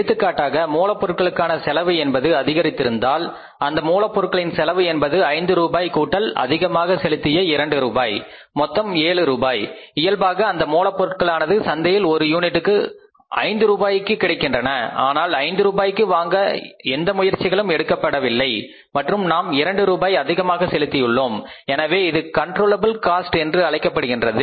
எடுத்துக்காட்டாக மூலபொருட்களுக்கான செலவு என்பது அதிகரித்திருந்தால் அந்த மூலப் பொருட்களின் செலவு என்பது ஐந்து ரூபாய் கூட்டல் அதிகமாக செலுத்திய இரண்டு ரூபாய் மொத்தம் ஏழு ரூபாய் இயல்பாக அந்த மூலப்பொருட்களானது சந்தையில் ஒரு யூனிட் ஐந்து ரூபாய்க்கு கிடைக்கின்றன ஆனால் ஐந்து ரூபாய்க்கு வாங்க எந்த முயற்சிகளும் எடுக்கப்படவில்லை மற்றும் நாம் இரண்டு ரூபாய் அதிகமாக செலுத்தியுள்ளோம் எனவே இது கண்ட்ரோலபில் காஸ்ட் என்று அழைக்கப்படுகின்றது